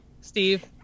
steve